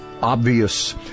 obvious